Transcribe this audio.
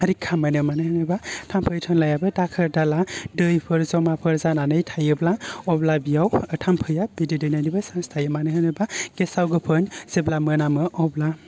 रैखा मोनो मानो होनबा थाम्फै थामलायाबो दाखोर दाला दैफोर ज'माफोर जानानै थायोब्ला अब्ला बेयाव थाम्फैया बिदै दैनायनिबो सान्स थायो मानो होनोबा गेसाव गोफोन जेब्ला मोनामो अब्ला